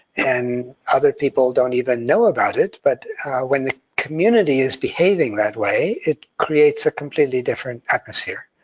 and other people don't even know about it. but when the community is behaving that way, it creates a completely different atmosphere,